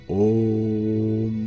om